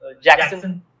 Jackson